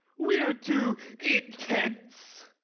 we're too intense.